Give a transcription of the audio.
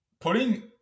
Putting